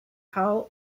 hall